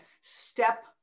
Step